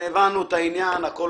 זה חשוב